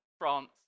France